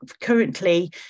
currently